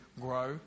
grow